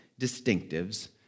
distinctives